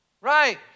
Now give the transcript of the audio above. right